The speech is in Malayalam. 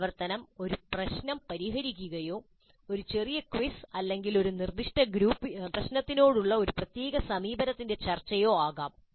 ഈ പ്രവർത്തനം ഒരു പ്രശ്നം പരിഹരിക്കുകയോ ഒരു ചെറിയ ക്വിസ് അല്ലെങ്കിൽ ഒരു നിർദ്ദിഷ്ടപ്രശ്നത്തോടുള്ള ഒരു പ്രത്യേക സമീപനത്തിന്റെ ചർച്ചയോ ആകാം